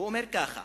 הוא אומר ככה: